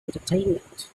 entertainment